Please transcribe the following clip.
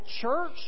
church